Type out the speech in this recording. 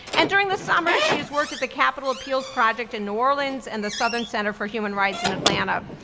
and during the summer she has worked at the capital appeals project in new orleans and the southern center for human rights in atlanta.